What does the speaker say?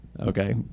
Okay